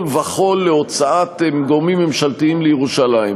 וכול להוצאת גורמים ממשלתיים מירושלים.